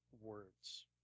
words